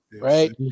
right